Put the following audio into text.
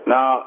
Now